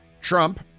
Trump